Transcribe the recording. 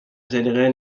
جلیقه